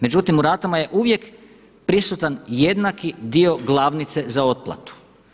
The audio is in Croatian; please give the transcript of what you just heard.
Međutim u ratama je uvijek prisutan jednaki dio glavnice za otplatu.